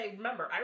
remember